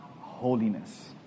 holiness